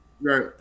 Right